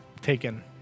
taken